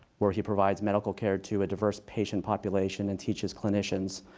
where he provides medical care to a diverse patient population and teaches clinicians.